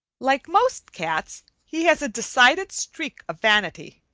like most cats he has a decided streak of vanity.